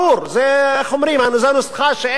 זו נוסחה שאין,